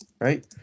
Right